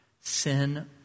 Sin